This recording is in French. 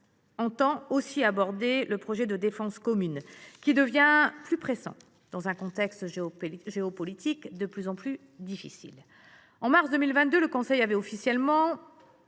entend aussi aborder le projet de défense commune, sans doute devenu un peu plus pressant dans un contexte géopolitique de plus en plus difficile. En mars 2022, le Conseil européen avait officiellement